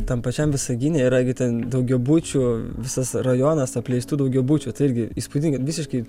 tam pačiam visagine yra gi ten daugiabučių visas rajonas apleistų daugiabučių tai irgi įspūdinga visiškai